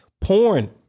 Porn